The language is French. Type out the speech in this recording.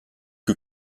que